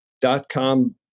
dot-com